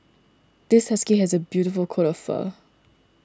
this husky has a beautiful coat of fur